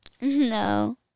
No